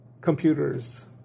computers